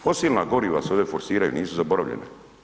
Fosila goriva se ovdje forsiraju, nisu zaboravljene.